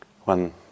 one